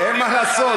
אין מה לעשות,